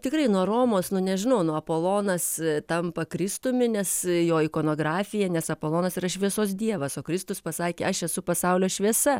tikrai nuo romos nu nežinau nu apolonas tampa kristumi nes jo ikonografija nes apolonas yra šviesos dievas o kristus pasakė aš esu pasaulio šviesa